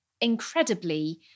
incredibly